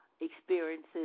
experiences